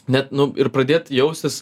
net nu ir pradėt jaustis